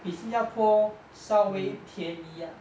比新加坡稍微便宜 ah